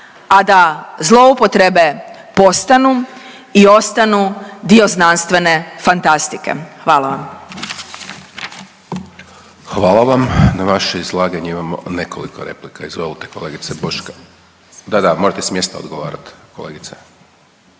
a da zloupotrebe postanu i ostanu dio znanstvene fantastike. Hvala vam. **Hajdaš Dončić, Siniša (SDP)** Hvala vam. Na vaše izlaganje imamo nekoliko replika, izvolite kolegice Boška. Da, da, morate s mjesta odgovarati, kolegice.